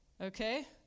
Okay